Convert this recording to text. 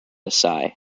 psi